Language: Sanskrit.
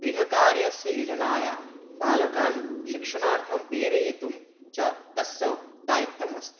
गृहकार्यस्स योजनायां बालकान् शिक्षणार्थं प्रेरयितुं च तस्य दायित्वम् अस्ति